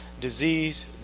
disease